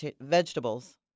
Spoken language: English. vegetables